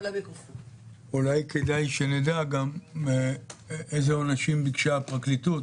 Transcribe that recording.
אולי כדאי שנדע גם אילו עונשים ביקשה הפרקליטות